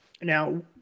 Now